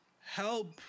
help